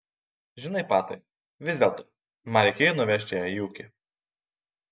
žinai patai vis dėlto man reikėjo nuvežti ją į ūkį